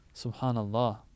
Subhanallah